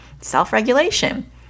self-regulation